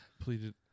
Pleaded